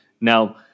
Now